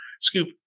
scoop